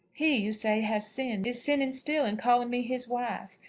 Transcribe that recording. he, you say, has sinned is sinning still in calling me his wife.